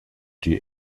die